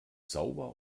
sauber